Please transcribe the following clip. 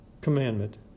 commandment